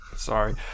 sorry